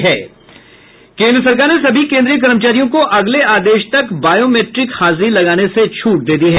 केन्द्र सरकार ने सभी केन्द्रीय कर्मचारियों को अगले आदेश तक बॉयोमीट्रिक हाजिरी लगाने से छूट दे दी है